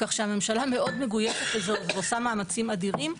כך שהממשלה מאוד מגויסת ועושה מאמצעים אדירים.